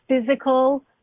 physical